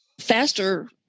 faster